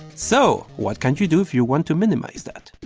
so. what can you do if you want to minimize that?